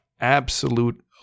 absolute